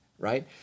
right